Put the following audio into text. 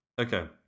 Okay